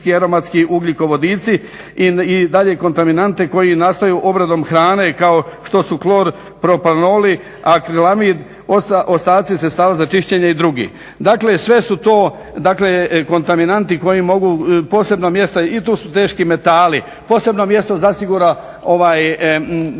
i dalje kontaminante koji nastaju obradom hrane kao što su klor, propanoli, akrilamid, ostaci sredstava za čišćenje i drugi. Dakle, sve su to dakle kontaminanti koji mogu posebna mjesta i tu su teški metali. Posebno mjesto zasigurno